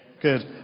Good